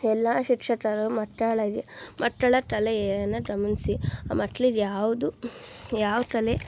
ಎಲ್ಲ ಶಿಕ್ಷಕರು ಮಕ್ಕಳಿಗೆ ಮಕ್ಕಳ ಕಲೆಯನ್ನು ಗಮನಿಸಿ ಆ ಮಕ್ಳಿಗೆ ಯಾವುದು ಯಾವ ಕಲೆ